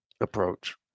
approach